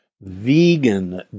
vegan